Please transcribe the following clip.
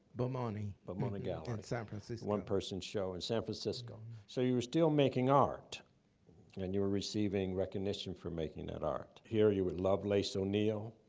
bomani. bomani gallery. in san francisco. one-person show in san francisco. so you were still making art and you were receiving recognition for making that art. here, you're with lovelace o'neal